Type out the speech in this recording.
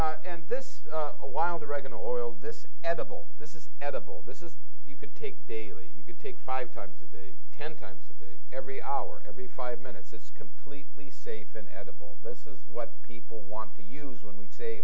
and this while the regen oil this edible this is edible this is you could take daily you could take five times a day ten times a day every hour every five minutes it's completely safe an edible this is what people want to use when we say